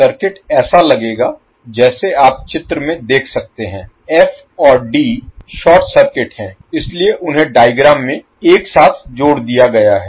circuit ऐसा लगेगा जैसे आप चित्र में देख सकते हैं f और d शॉर्ट सर्किट हैं इसलिए उन्हें डायग्राम में एक साथ जोड़ दिया गया है